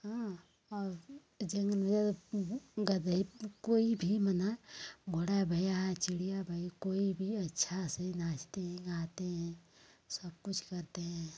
हाँ और जंगल में गदहे कोई भी मना घोड़ा भया है चिड़िया भई कोई भी अच्छा से नाचते हैं गाते हैं सब कुछ करते हैं